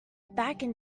back